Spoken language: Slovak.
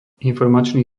informačný